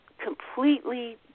completely